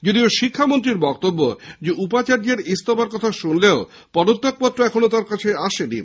যদিও শিক্ষামন্ত্রীর বক্তব্য উপাচার্যের ইস্তফার কথা শুনলেও পদত্যাগপত্র এখনো তিনি পাননি